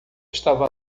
estava